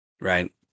right